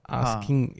asking